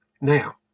Now